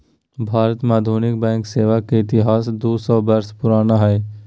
भारत में आधुनिक बैंक सेवा के इतिहास दू सौ वर्ष पुराना हइ